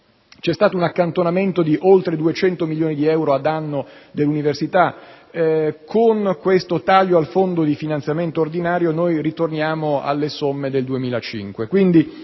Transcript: C'è stato un accantonamento di oltre 200 milioni di euro a danno dell'università; con questo taglio al fondo di finanziamento ordinario noi ritorniamo alle somme del 2005.